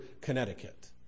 Connecticut